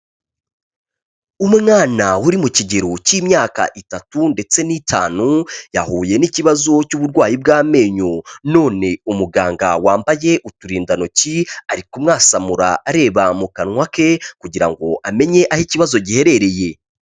Umwana uri mu kigero cy'imyaka itatu ndetse n'itanu, yahuye n'ikibazo cy'uburwayi bw'amenyo none umuganga wambaye uturindantoki, ari kumwasamura areba mu kanwa ke kugira ngo amenye aho ikibazo giherereye.